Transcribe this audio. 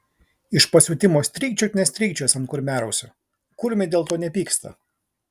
iš pasiutimo strykčiok nestrykčiojęs ant kurmiarausių kurmiai dėl to nepyksta